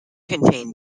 contained